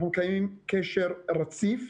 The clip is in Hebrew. אנחנו מקיימים קשר רציף.